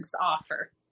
offer